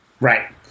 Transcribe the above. Right